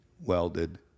welded